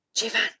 Jivan